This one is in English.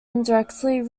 indirectly